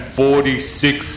forty-six